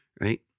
right